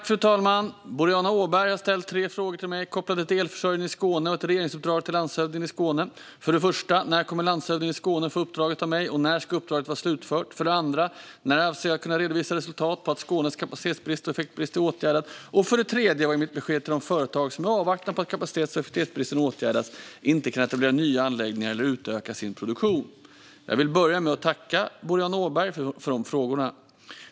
Fru talman! Boriana Åberg har ställt tre frågor till mig kopplade till elförsörjningen i Skåne och ett regeringsuppdrag till landshövdingen i Skåne. För det första, när kommer landshövdingen i Skåne att få uppdraget av mig, och när ska uppdraget vara slutfört? För det andra, när avser jag att kunna redovisa resultat på att Skånes kapacitetsbrist och effektbrist åtgärdats? För det tredje, vad är mitt besked till de företag som i avvaktan på att kapacitets och effektbristen åtgärdats inte kan etablera nya anläggningar eller utöka sin produktion? Jag vill börja med att tacka Boriana Åberg för frågorna.